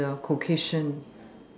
then the Caucasian